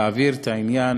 להעביר את העניין